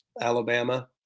Alabama